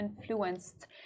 influenced